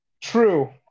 True